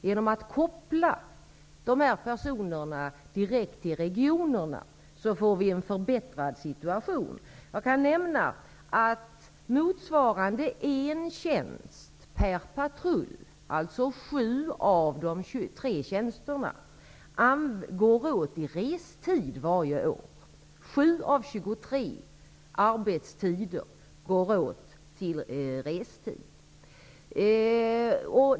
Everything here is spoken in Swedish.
Genom att koppla dessa personer direkt till regionerna får vi en förbättrad situation. Jag kan nämna att motsvarande 1 tjänst per patrull, dvs. 7 av de 23 tjänsterna, varje år går åt till restid.